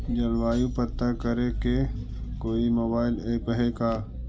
जलवायु पता करे के कोइ मोबाईल ऐप है का?